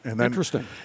Interesting